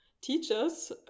teachers